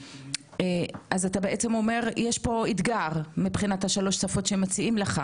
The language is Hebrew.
אתה אומר שיש פה אתגר מבחינת שלוש השפות שמציעים לך.